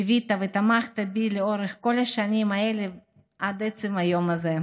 ליווית אותי ותמכת בי לאורך כל השנים האלה עד עצם היום הזה,